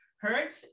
hurt